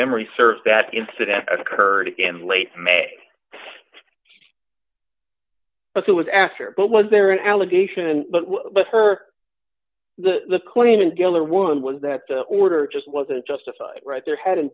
memory serves that incident occurred in late may but it was after but was there an allegation but her the cleaning dealer one was that the order just wasn't justified right there hadn't